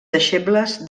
deixebles